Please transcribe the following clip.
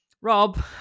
Rob